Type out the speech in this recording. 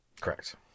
Correct